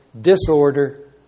disorder